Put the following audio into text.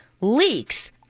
leaks